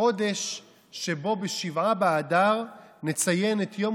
החודש שבו בשבעה באדר נציין את יום